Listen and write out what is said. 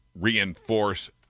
reinforce